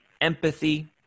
empathy